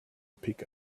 pick